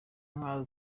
inka